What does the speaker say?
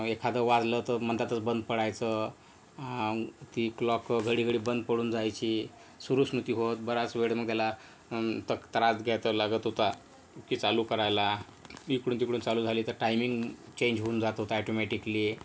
एखादं वाजलं तर मधातच बंद पडायचं ती क्लॉक घडी घडी बंद पडून जायची सुरूच नव्हती होत बराच वेळ मग त्याला तक त्रास घेतो लागत होता की चालू करायला इकडून तिकडून चालू झाली तर टायमिंग चेंज होऊन जात होतं ॲटोमॅटिकली